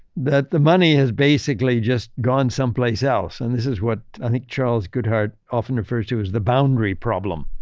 that the money has basically just gone some place else. and this is what i think, charles goodheart often refers to as the boundary problem.